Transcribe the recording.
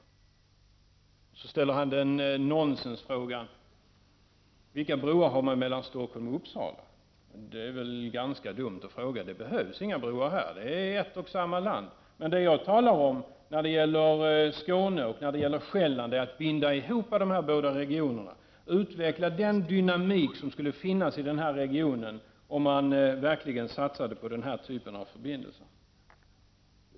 Bertil Fiskesjö ställer också nonsensfrågan: Vilka broar har man mellan Stockholm och Uppsala? Det är väl ganska dumt att fråga så. Det behövs inga broar här. Det är ett och samma land. Det jag talar om är att bygga ihop Skåne och Själland och utveckla den dynamik som skulle finnas i den regionen om man verkligen satsade på en fast förbindelse.